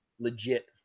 legit